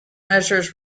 measures